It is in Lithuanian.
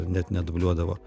net nedubliuodavo